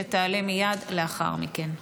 שתעלה מייד לאחר מכן.